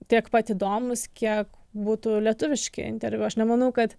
tiek pat įdomūs kiek būtų lietuviški interviu aš nemanau kad